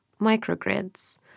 microgrids